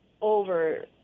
over